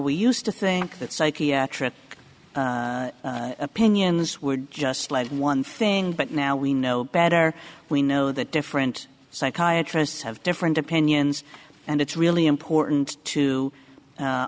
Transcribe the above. we used to think that psychiatric opinions were just one thing but now we know better we know that different psychiatry's have different opinions and it's really important to